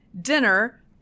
dinner